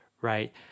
right